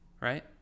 Right